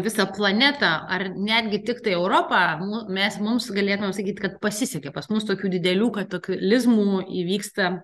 visą planetą ar netgi tiktai europą mes mums galėtumėm sakyt kad pasisekė pas mus tokių didelių kataklizmų įvyksta